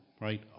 right